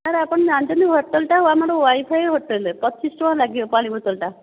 sir ଆପଣ ଜାଣିଛନ୍ତି ହୋଟେଲ୍ଟା ଆମର ୱାଇଫାଇ ହୋଟେଲ୍ ପଚିଶ ଟଙ୍କା ଲାଗିବ ପାଣି ବୋତଲଟା